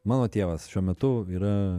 mano tėvas šiuo metu yra